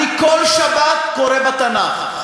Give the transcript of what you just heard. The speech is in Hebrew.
אני בכל שבת קורא בתנ"ך.